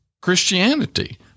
Christianity